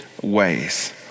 ways